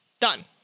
Done